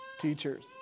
teachers